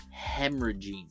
hemorrhaging